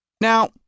Now